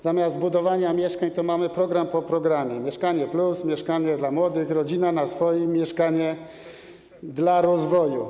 Zamiast budowania mieszkań mamy program po programie: „Mieszkanie+”, „Mieszkanie dla młodych”, „Rodzina na swoim”, „Mieszkanie dla rozwoju”